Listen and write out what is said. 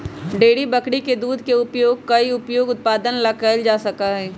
dairy बकरी के दूध के उपयोग कई उपयोगी उत्पादन ला कइल जा सका हई